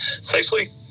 safely